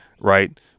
right